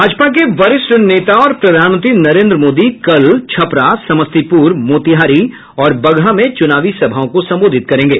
भाजपा के वरिष्ठ नेता और प्रधानमंत्री नरेन्द्र मोदी कल छपरा समस्तीपुर मोतिहारी और बगहा में चुनावी सभाओं को संबोधित करेंगे